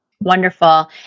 Wonderful